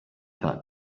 that